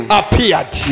appeared